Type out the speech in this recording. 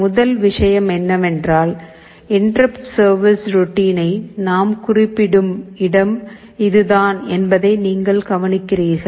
முதல் விஷயம் என்னவென்றால் இன்டெர்ருப்ட் சர்விஸ் ரோட்டினை நாம் குறிப்பிடும் இடம் இதுதான் என்பதை நீங்கள் கவனிக்கிறீர்கள்